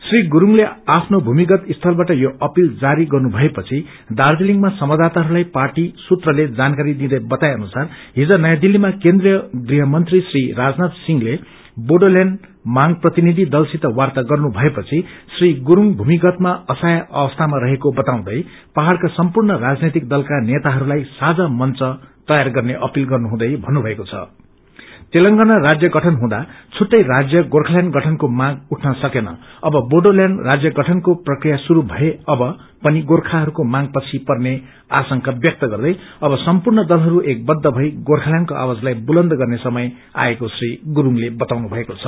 श्री गुरूङले आफ्नो भूमिगत स्थलबाट यो अपिल जारी गर्नु भएपछि दार्जीलिङमा संवाददाताहरूलाई पार्टी सूत्रले जानकारी दिदै बताए अनुसार हिज नयाँ दिल्लीमा केन्द्रिय गृहमंत्री राजनाथ सिंहले बोडोलैण्ड मांग प्रतिनिधि दलसित वार्त्ता गर्नुभए पछि श्री गुरूङ भूमिगतमा असहाय अक्स्थामा रहेको बाताउँदै पहाड़का सम्पूर्ण राजनैतिक दलका नेताहरू लाई साझा मंच तैयार गर्ने अपिल गर्नुहुँदै भन्नुभएको छ तेलंगाना राज्य गठन हुँदा प्रुट्टै राज्य गोर्खालैण्ड गठनको मांग उठन सकेन अब बोडोलैण्ड राज्य गठनको प्रक्रिया शुरू भए अब पनि गोर्खाहरूको मांग पछि पर्ने आशंका व्यक्त गर्दै अब सम्पूर्ण दलहरू एक बद्ध भई गोर्खालैण्डको आवाजलाई बुलन्द गर्ने समय आएको श्री गुरूडले वताउनु भएको छ